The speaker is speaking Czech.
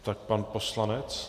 Tak pan poslanec?